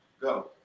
go